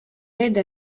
l’aide